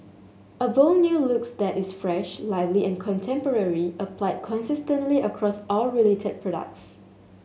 a bold new looks that is fresh lively and contemporary applied consistently across all related products